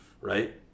right